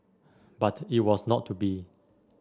but it was not to be